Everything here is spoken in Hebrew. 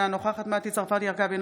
אינה נוכחת מטי צרפתי הרכבי,